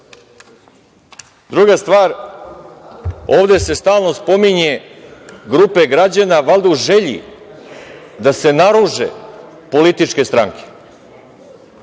stvar, ovde se stalno spominju grupe građana, valjda u želji da se naruže političke stranke.